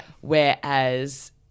whereas